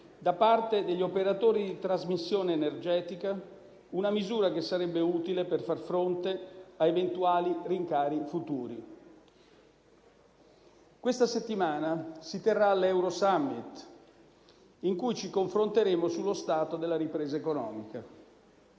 da parte degli operatori di trasmissione energetica, una misura che sarebbe utile per far fronte a eventuali rincari futuri. Questa settimana si terrà l'Eurosummit in cui ci confronteremo sullo stato della ripresa economica.